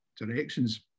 directions